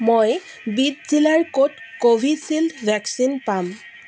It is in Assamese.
মই বিদ জিলাৰ ক'ত কোভিচিল্ড ভেকচিন পাম